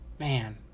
Man